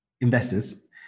investors